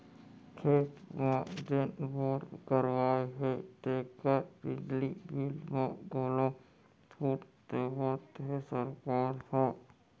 खेत म जेन बोर करवाए हे तेकर बिजली बिल म घलौ छूट देवत हे सरकार ह